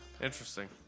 Interesting